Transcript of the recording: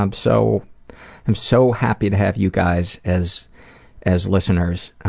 i'm so i'm so happy to have you guys as as listeners,